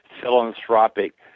philanthropic